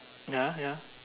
ya ya